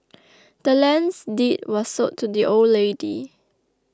the land's deed was sold to the old lady